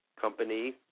company